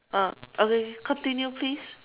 ah okay okay continue please